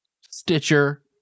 Stitcher